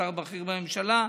שר בכיר בממשלה,